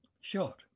shot